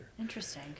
Interesting